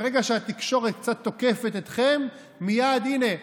ברגע שהתקשורת קצת תוקפת אתכם, מייד, הינה,